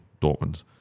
Dortmund